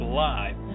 live